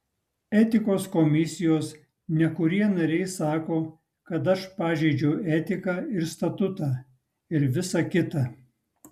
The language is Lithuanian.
etikos komisijos nekurie nariai sako kad aš pažeidžiau etiką ir statutą ir visa kita